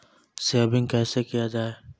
Saving कैसै किया जाय?